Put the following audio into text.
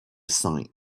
sign